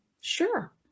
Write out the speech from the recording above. sure